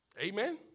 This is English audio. Amen